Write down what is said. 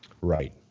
Right